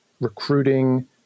recruiting